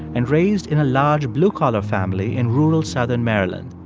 and raised in a large, blue-collar family in rural southern maryland.